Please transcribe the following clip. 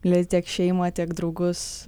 mylėti tiek šeimą tiek draugus